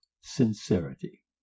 sincerity